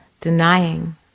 Denying